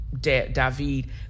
David